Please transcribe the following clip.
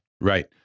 right